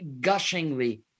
gushingly